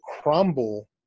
crumble